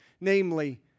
namely